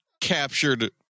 captured